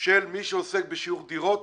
של מי שעוסק בשיוך דירות